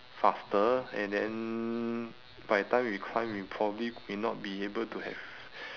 faster and then by the time we climb we probably may not be able to have